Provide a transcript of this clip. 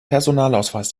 personalausweis